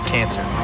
Cancer